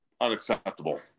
unacceptable